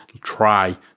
try